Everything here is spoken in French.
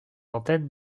antenne